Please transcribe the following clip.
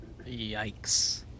Yikes